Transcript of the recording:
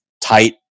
tight